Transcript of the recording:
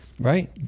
Right